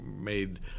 made